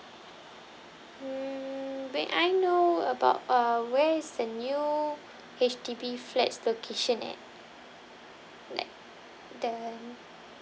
hmm may I know about uh where's the new H_D_B flats location at like the